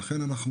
ולכן אנחנו